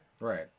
Right